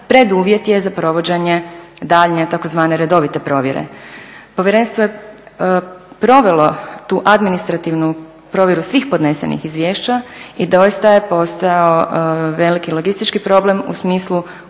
preduvjet je za provođenje daljnje tzv. redovite provjere. Povjerenstvo je provelo tu administrativnu provjeru svih podnesenih izvješća i doista je postojao veliki logistički problem u smislu unosa